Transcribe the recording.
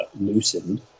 loosened